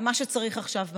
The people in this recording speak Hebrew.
למה שצריך עכשיו במשק,